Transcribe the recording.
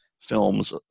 films